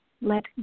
let